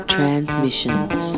Transmissions